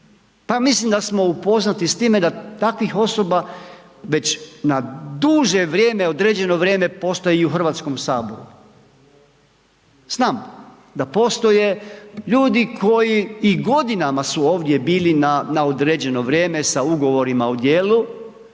mislim da smo upoznati s time da takvih osoba već na duže vrijeme, određeno vrijeme postoje i u Hrvatskom saboru. Znam da postoje ljudi koji i godinama su ovdje bili na određeno vrijeme sa ugovorima o djelu